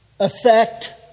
effect